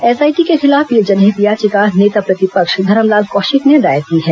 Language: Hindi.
एसआईटी के खिलाफ यह जनहित याचिका नेता प्रतिपक्ष धरमलाल कौशिक ने दायर की है